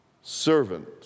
servant